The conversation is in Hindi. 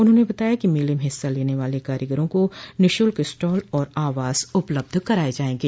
उन्होंने बताया कि मेले में हिस्सा लेने वाले कारीगरों को निःशुल्क स्टॉल और आवास उपलब्ध कराये जायेंगे